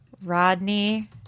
Rodney